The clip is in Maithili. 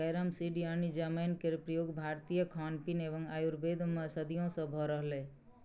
कैरम सीड यानी जमैन केर प्रयोग भारतीय खानपीन एवं आयुर्वेद मे सदियों सँ भ रहलैए